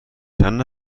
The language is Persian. چند